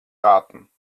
raten